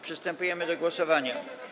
Przystępujemy do głosowania.